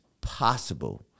possible